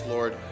Lord